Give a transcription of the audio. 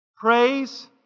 Praise